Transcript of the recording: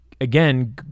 again